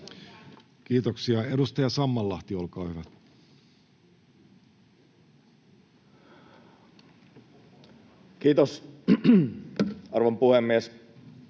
Kiitoksia. — Edustaja Sammallahti, olkaa hyvä. Kiitos, arvon puhemies!